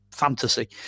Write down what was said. Fantasy